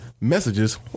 Messages